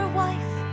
wife